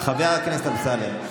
חבר הכנסת אמסלם.